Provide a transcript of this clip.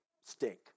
stink